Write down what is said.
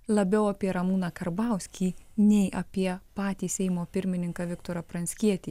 labiau apie ramūną karbauskį nei apie patį seimo pirmininką viktorą pranckietį